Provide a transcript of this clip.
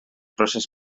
procés